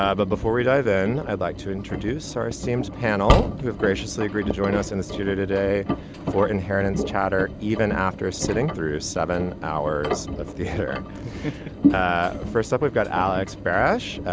ah but before we die, then i'd like to introduce our esteemed panel who have graciously agreed to join us in the studio today for inheritence chatter even after sitting through seven hours of theater. ah first up, we've got alex parrish,